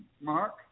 Mark